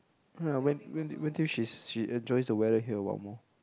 ya wait wait till she's she enjoys the weather here a while more